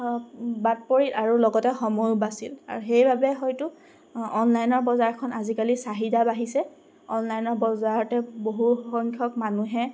বাদ পৰিল আৰু লগতে সময়ো বাচিল আৰু সেইবাবে হয়তো অনলাইনৰ বজাৰখন আজিকালি চাহিদা বাঢ়িছে অনলাইনৰ বজাৰতে বহুসংখ্যক মানুহে